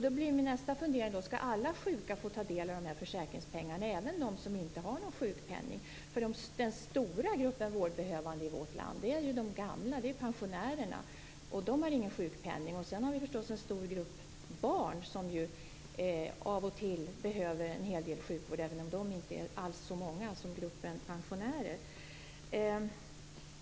Då blir nästa fundering: Skall alla sjuka få ta del av dessa försäkringspengar, även de som inte har någon sjukpenning? Den stora gruppen vårdbehövande i vårt land är ju de gamla, pensionärerna. Och de har ingen sjukpenning. Sedan har vi förstås en stor grupp barn som av och till behöver en del sjukvård, även om de inte alls är så många som gruppen pensionärer.